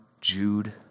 Jude